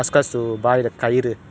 orh I didn't know that